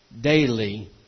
daily